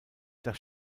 das